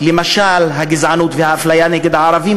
למשל הגזענות והאפליה נגד הערבים,